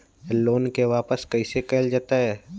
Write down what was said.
Loan के वापस कैसे कैल जतय?